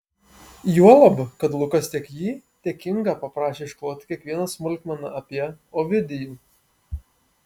juolab kad lukas tiek jį tiek ingą paprašė iškloti kiekvieną smulkmeną apie ovidijų